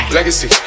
Legacy